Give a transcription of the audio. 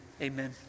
Amen